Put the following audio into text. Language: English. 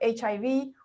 HIV